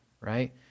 right